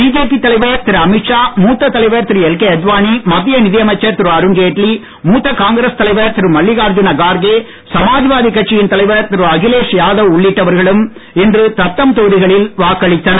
BJP தலைவர் திரு அமீத்ஷா மூத்த தலைவர் திரு எல்கே அத்வானி மத்திய நிதியமைச்சர் திரு அருண் ஜெட்லி மூத்த காங்கிரஸ் தலைவர் திரு மல்லிகார்ஜுன கார்கே சமாஜ்வாதி கட்சியின் தலைவர் திரு அகிலேஷ் யாதவ் உள்ளிட்டவர்களும் இன்று தத்தம் தொகுதிகளில் வாக்களித்தனர்